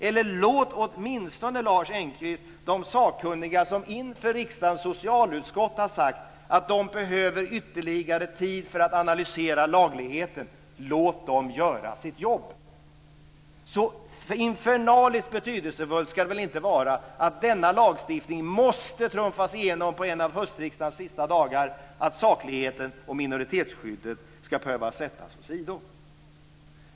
Eller låt åtminstone, Lars Engqvist, de sakkunniga, som inför riksdagens socialutskott har sagt att de behöver ytterligare tid för att analysera laglydigheten, göra sitt jobb. Så infernaliskt betydelsefullt ska det väl inte vara att denna lagstiftning trumfas igenom på en av höstriksdagens sista dagar att sakligheten och minoritetsskyddet ska behöva sättas åsido.